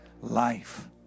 life